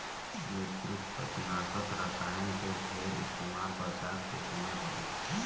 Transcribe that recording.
मृदुकवचनाशक रसायन के ढेर इस्तेमाल बरसात के समय होला